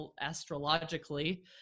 astrologically